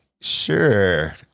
sure